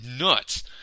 nuts